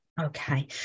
Okay